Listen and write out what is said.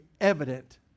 evident